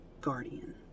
guardian